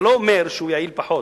זה לא אומר שהוא יעיל פחות,